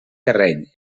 terreny